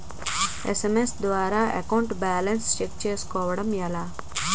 SMS ద్వారా account balance check చేసుకోవటం ఎలా?